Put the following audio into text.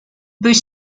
peut